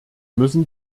müssen